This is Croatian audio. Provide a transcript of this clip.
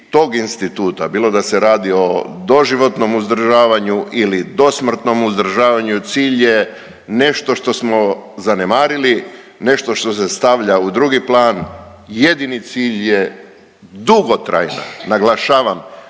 bilo da se radi o doživotnom uzdržavanju ili dosmrtnom uzdržavanju cilj je nešto što smo zanemarili, nešto što se stavlja u drugi plan, jedini cilj je dugotrajna, naglašavam